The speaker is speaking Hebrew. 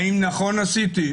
האם נכון עשיתי?